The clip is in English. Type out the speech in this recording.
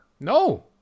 No